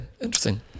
interesting